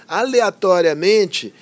aleatoriamente